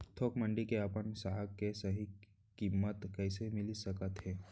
थोक मंडी में अपन साग के सही किम्मत कइसे मिलिस सकत हे?